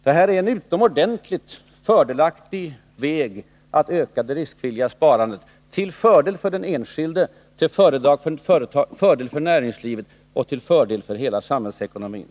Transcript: Detta är en utomordentligt fördelaktig väg att öka det riskvilliga sparandet — till fördel för den enskilde, näringslivet och hela samhällsekonomin.